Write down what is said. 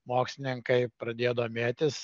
mokslininkai pradėjo domėtis